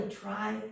try